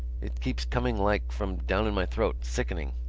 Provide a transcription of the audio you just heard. it keeps coming like from down in my throat sickening.